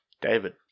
David